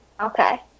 okay